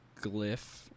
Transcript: glyph